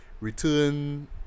return